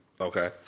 Okay